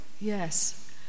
Yes